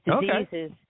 diseases